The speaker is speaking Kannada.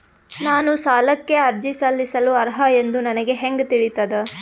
ನಾನು ಸಾಲಕ್ಕೆ ಅರ್ಜಿ ಸಲ್ಲಿಸಲು ಅರ್ಹ ಎಂದು ನನಗೆ ಹೆಂಗ್ ತಿಳಿತದ?